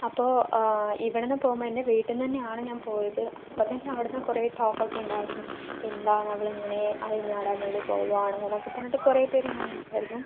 അപ്പോൾ ഇവിടെ നിന്നു പോകുമ്പോൾ തന്നെ വീട്ടിൽ നിന്ന് തന്നെയാണ് ഞാൻ പോയത് അപ്പം തന്നെ അവിടെ നിന്ന് കുറേ ടോക്കൊക്കെ ഉണ്ടായിരുന്നു എന്താണവളിങ്ങനെ അഴിഞ്ഞാടാൻ വേണ്ടി പോകുകയാണോ എന്നൊക്കെ പറഞ്ഞിട്ട് കുറേ പേരങ്ങനെ ഉണ്ടായിരുന്നു